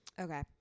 Okay